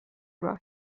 راهی